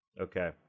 okay